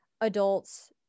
adults